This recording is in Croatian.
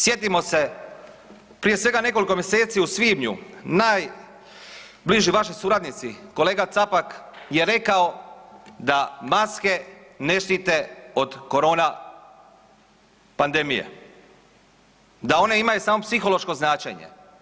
Sjetimo se, prije svega nekoliko mjeseci u svibnju, najbliži vaši suradnici, kolega Capak je rekao da maske ne štite od korona pandemije, da one imaju samo psihološko značenje.